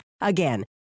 again